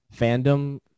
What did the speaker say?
fandom